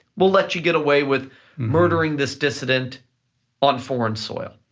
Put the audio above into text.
we'll let you get away with murdering this dissident on foreign soil.